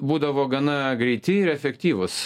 būdavo gana greiti ir efektyvūs